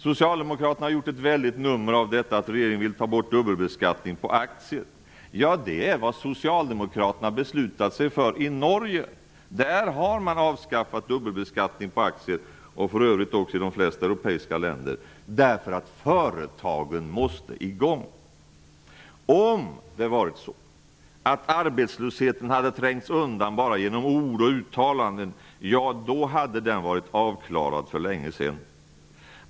Socialdemokraterna har gjort ett väldigt nummer av att regeringen vill ta bort dubbelbeskattning på aktier. Ja, det är vad socialdemokraterna i Norge har beslutat sig för. I Norge har man avskaffat dubbelbeskattning på aktier -- för övrigt också i de flesta övriga europeiska länder -- därför att företagen måste komma i gång. Om det varit så, att arbetslösheten hade trängts undan bara genom ord och uttalanden, då hade den varit avklarad för länge sedan.